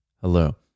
Hello